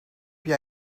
jij